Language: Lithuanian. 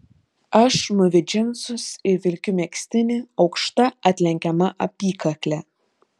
aš mūviu džinsus ir vilkiu megztinį aukšta atlenkiama apykakle